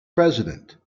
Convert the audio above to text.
president